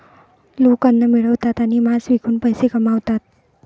लोक अन्न मिळवतात आणि मांस विकून पैसे कमवतात